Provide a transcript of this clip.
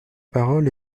parole